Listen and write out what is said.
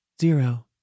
Zero